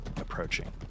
approaching